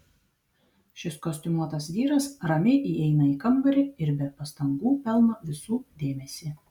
šis kostiumuotas vyras ramiai įeina į kambarį ir be pastangų pelno visų dėmesį